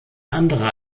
andere